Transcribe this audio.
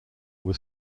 was